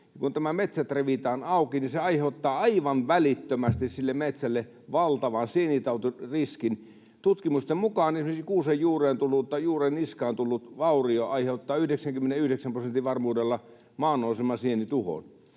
nämä metsät revitään auki, niin se aiheuttaa aivan välittömästi sille metsälle valtavan sienitautiriskin. Tutkimusten mukaan esimerkiksi juurenniskaan tullut vaurio aiheuttaa 99 prosentin varmuudella maannousemasienituhon.